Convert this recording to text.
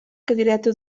cadireta